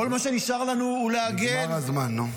כל מה שנשאר לנו הוא להגן --- נגמר הזמן, נו.